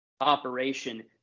operation